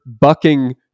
bucking